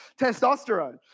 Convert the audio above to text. Testosterone